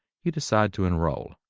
you decide to enroll.